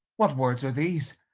what words are these?